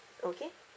okay